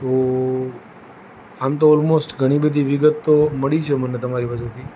તો આમ તો ઓલમોસ્ટ ઘણી બધી વિગત તો મળી છે મને તમારી પાસેથી